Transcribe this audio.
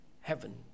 heaven